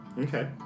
Okay